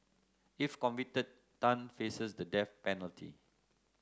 if convicted Tan faces the death penalty